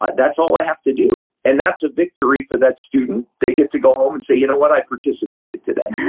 that's all i have to do, and that's a victory for that student. they get to go home and say, you know what? i participated today.